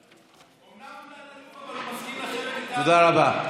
אבל הוא מסכים לשבת עם, תודה רבה.